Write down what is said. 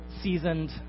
seasoned